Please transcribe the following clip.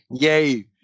Yay